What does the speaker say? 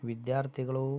ವಿದ್ಯಾರ್ಥಿಗಳು